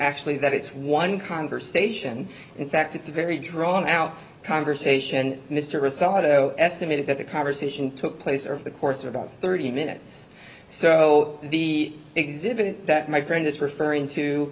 actually that it's one conversation in fact it's a very drawn out conversation and mr assad estimated that the conversation took place over the course of about thirty minutes so the exhibit that my friend is referring to